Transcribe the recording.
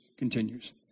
Continues